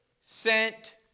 sent